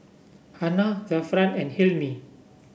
Hana Zafran and Hilmi